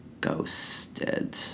ghosted